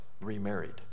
remarried